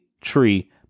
tree